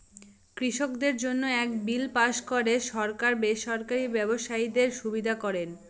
কৃষকদের জন্য এক বিল পাস করে সরকার বেসরকারি ব্যবসায়ীদের সুবিধা করেন